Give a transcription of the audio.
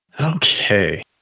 Okay